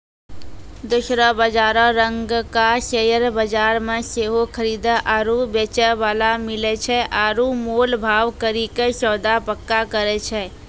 दोसरो बजारो रंगका शेयर बजार मे सेहो खरीदे आरु बेचै बाला मिलै छै आरु मोल भाव करि के सौदा पक्का करै छै